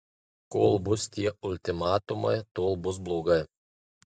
kol bus tie ultimatumai tol bus blogai